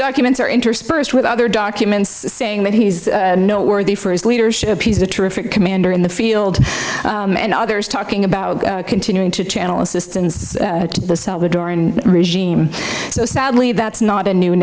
documents are interspersed with other documents saying that he's not worthy for his leadership he's a terrific commander in the field and others talking about continuing to channel assistance to the salvadoran regime so sadly that's not a new